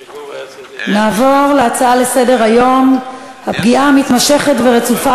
נעבור להצעות לסדר-היום בנושא: פגיעה מתמשכת ורצופה